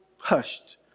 hushed